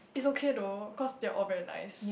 it's okay though cause they're all very nice